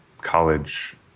college